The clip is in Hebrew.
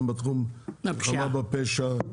גם בתחום המלחמה בפשע,